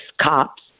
cops